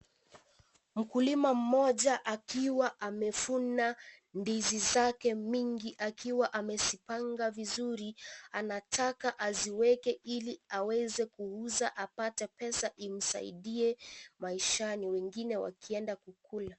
Mkulima mmoja akiwa amevuna ndizi zake mingi akiwa amesimama vizuri. Anataka aziweke ili aweze kuuza apate pesa imsaidie maishani wengine wakienda kukula.